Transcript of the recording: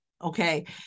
okay